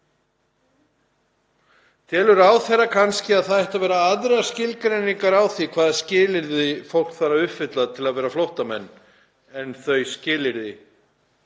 Telur ráðherra kannski að það ættu að vera aðrar skilgreiningar á því hvaða skilyrði fólk þarf að uppfylla til að vera flóttamenn en þau skilyrði